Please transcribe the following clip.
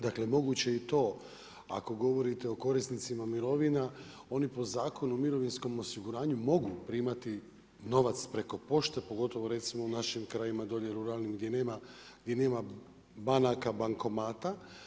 Dakle mogu je i to ako govorite o korisnicima mirovina, oni po Zakonu o mirovinskom osiguranju mogu primati novac preko pošte, pogotovo recimo u našim krajevima dolje ruralnim gdje nema banaka, bankomata.